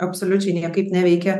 absoliučiai niekaip neveikia